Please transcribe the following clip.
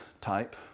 type